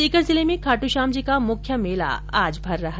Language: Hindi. सीकर जिले में खाट्श्याम जी का मुख्य मेला आज भरेगा